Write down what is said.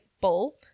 bowl